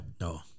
no